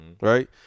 Right